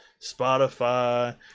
Spotify